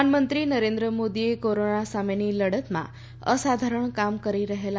પ્રધાનમંત્રી નરેન્દ્ર મોદીએ કોરોના સામેની લડતમાં અસાધારણ કામ કરી રહેલા